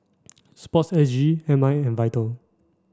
sport S G M I and VITAL